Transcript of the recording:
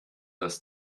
das